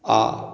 आ